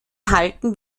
halten